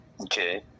Okay